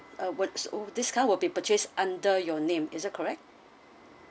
uh would this car will be purchased under your name is that correct